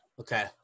okay